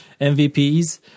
MVPs